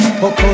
Poco